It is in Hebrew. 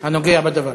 הנוגע בדבר.